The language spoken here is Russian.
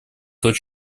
тот